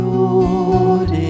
Lord